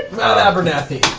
abernathy!